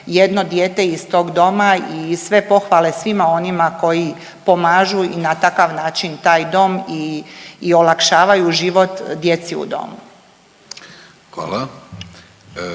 jedno dijete iz tog doma i sve pohvale svima onima koji pomažu i na takav način taj dom i olakšavaju život djeci u domu.